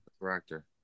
Director